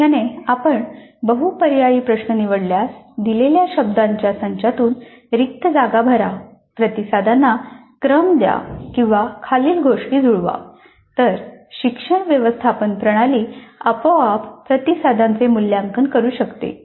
प्रामुख्याने आपण बहुपर्यायी प्रश्न निवडल्यास दिलेल्या शब्दाच्या संचातून रिक्त जागा भरा प्रतिसादांना क्रम द्या किंवा खालील गोष्टी जुळवा तर शिक्षण व्यवस्थापन प्रणाली आपोआप प्रतिसादांचे मूल्यांकन करू शकते